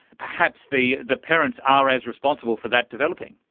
perhaps the the parents are as responsible for that developing.